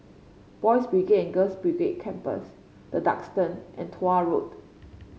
Boys' Brigade Girls' Brigade Campsite The Duxton and Tuah Road